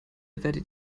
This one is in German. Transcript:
werdet